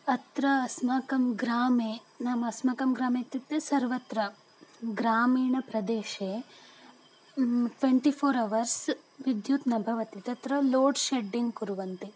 अत्र अस्माकं ग्रामे नाम अस्माकं ग्रामे इत्युक्ते सर्वत्र ग्रामीणप्रदेशे ट्वेण्टि फ़ोर् अवर्स् विद्युत् न भवति तत्र लोड् शेड्डिङ्ग् कुर्वन्ति